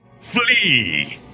Flee